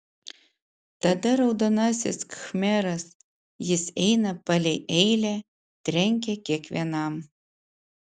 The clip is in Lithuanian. tada raudonasis khmeras jis eina palei eilę trenkia kiekvienam